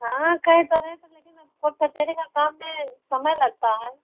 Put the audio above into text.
हाँ कहे तो रहे थे लेकिन अब कोर्ट कचहरी का काम में समय लगता है